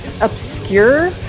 obscure